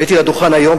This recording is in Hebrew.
עליתי לדוכן היום,